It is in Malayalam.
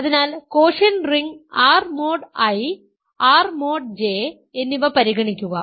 അതിനാൽ quotient ring R mod I R mod J എന്നിവ പരിഗണിക്കുക